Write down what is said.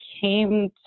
came